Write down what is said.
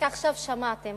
רק עכשיו שמעתם,